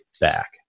back